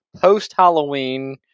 post-Halloween